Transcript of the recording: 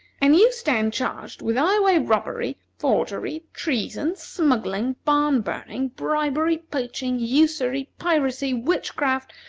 and you stand charged with highway robbery, forgery, treason, smuggling, barn-burning, bribery, poaching, usury, piracy, witchcraft,